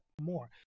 more